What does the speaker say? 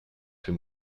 fait